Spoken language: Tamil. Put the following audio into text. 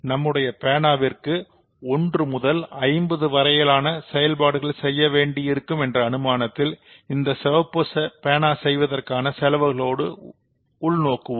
நம்முடைய போலிருக்கு ஒன்று முதல் 50 வரையிலான செயல்பாடுகள் செய்ய வேண்டி இருக்கும் என்கின்ற அனுமானத்தில் இந்த சிவப்பு பேனா செய்வதற்கான செலவுகளோடு உள்நோக்குவோம்